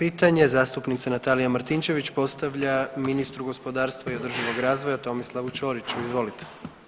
33. pitanje zastupnica Natalija Martinčević postavlja ministru gospodarstva i održivog razvoja Tomislavu Ćoriću, izvolite.